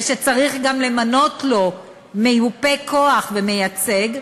ושצריך גם למנות לו מיופה כוח ומייצג,